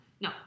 No